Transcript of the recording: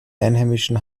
einheimischen